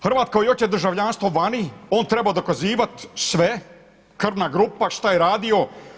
Hrvat koji hoće državljanstvo vani on treba dokazivat sve, krvna grupa, šta je radio.